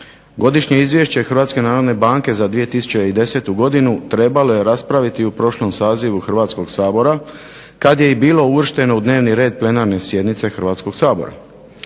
narodne banke za 2010. godinu trebalo je raspraviti u prošlom sazivu Hrvatskog sabora kada je i bilo uvršteno u dnevni red plenarne sjednice Hrvatskog sabora.